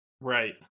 Right